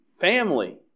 Family